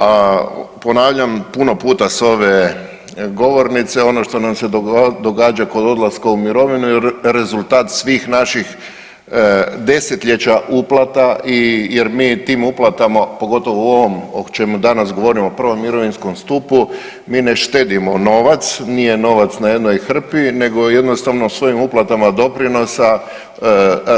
A ponavljam puno puta s ove govornice ono što nam se događa kod odlaska u mirovinu je rezultat svih naših desetljeća uplata i, jer mi tim uplatama pogotovo u ovom o čemu danas govorimo o prvom mirovinskom stupu, mi ne štedimo novac, nije novac na jednoj hrpi nego jednostavno s ovim uplatama doprinosa